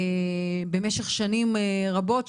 במשך שנים רבות.